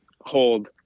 hold